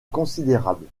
considérable